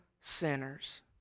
sinners